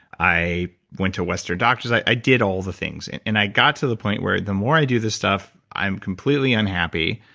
i went to western doctors. i did all the things. and and i got to the point where the more i do this stuff, i'm completely unhappy.